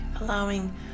allowing